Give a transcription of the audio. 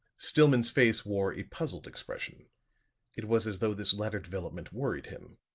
stillman's face wore a puzzled expression it was as though this latter development worried him.